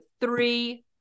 Three